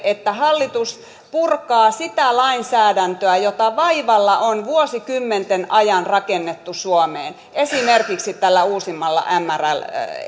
että hallitus purkaa sitä lainsäädäntöä jota vaivalla on vuosikymmenten ajan rakennettu suomeen esimerkiksi tällä uusimmalla mrl